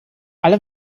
alle